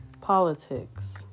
politics